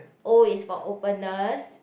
O it's for openness